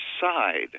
side